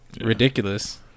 ridiculous